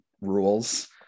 rules